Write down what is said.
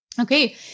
Okay